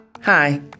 Hi